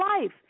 Life